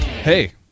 Hey